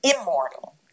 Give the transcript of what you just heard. immortal